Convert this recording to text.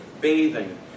bathing